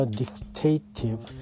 dictative